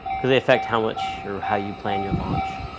cause they affect how much or how you plan your launch,